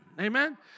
Amen